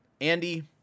Andy